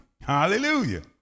Hallelujah